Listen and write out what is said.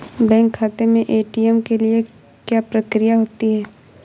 Bank खाते में ATM के लिए क्या प्रक्रिया होती है?